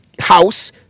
House